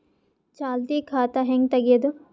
ಚಾಲತಿ ಖಾತಾ ಹೆಂಗ್ ತಗೆಯದು?